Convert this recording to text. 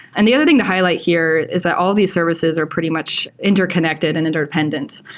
and the other thing to highlight here is that all of these services are pretty much interconnected and interdependent.